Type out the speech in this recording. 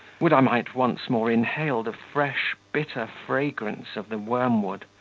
would i might once more inhale the fresh, bitter fragrance of the wormwood,